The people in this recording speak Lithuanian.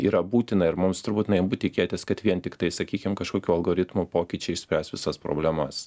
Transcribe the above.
yra būtina ir mums turbūt naivu tikėtis kad vien tiktai sakykim kažkokių algoritmų pokyčiai išspręs visas problemas